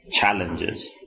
challenges